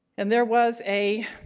and there was a,